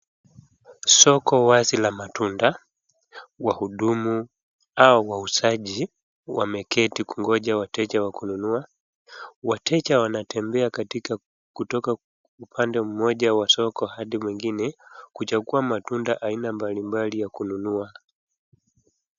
Soko wazi la matunda wahudumu au wauuzaji wameketi kugoja wateja wakununua. Wateja wanatembea katika kutoka upande moja wa soko hadi mwingine kuchangua matunda aina mbalimbali ya kununua.